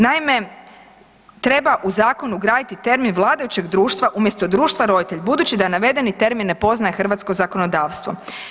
Naime, treba u zakon ugraditi termin vladajućeg društva umjesto društva roditelj, budući da navedeni termin ne poznaje hrvatsko zakonodavstvo.